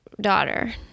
daughter